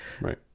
Right